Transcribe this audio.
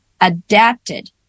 adapted